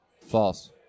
False